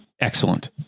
excellent